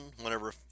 whenever